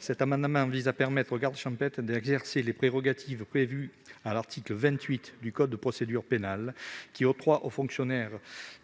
Cet amendement vise à permettre aux gardes champêtres d'exercer les prérogatives prévues à l'article 28 du code de procédure pénale, qui octroie aux fonctionnaires